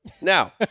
Now